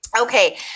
okay